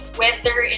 weather